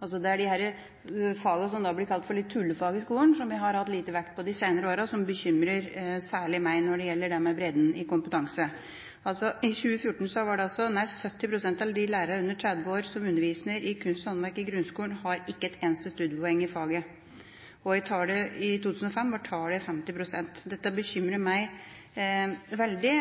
som blir kalt for litt tullefag i skolen, som vi har hatt lite vekt på de senere årene, som bekymrer særlig meg når det gjelder det med bredden i kompetanse. I 2014 var det altså nær 70 pst. av de lærerne under 30 år som underviser i kunst og håndverk i grunnskolen, som ikke hadde et eneste studiepoeng i faget. I 2005 var tallet 50 pst. Dette bekymrer meg veldig.